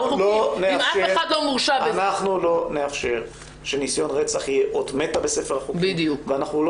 אנחנו לא נאפשר שניסיון רצח יהיה אות מתה בספר החוקים ואנחנו לא